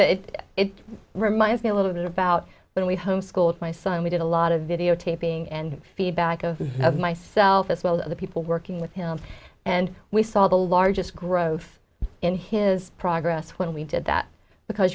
that it reminds me a little bit about when we homeschooled my son we did a lot of videotaping and feedback of of myself as well as the people working with him and we saw the largest growth in his progress when we did that because